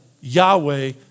Yahweh